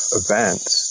events